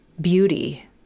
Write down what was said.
beauty